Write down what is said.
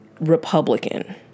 Republican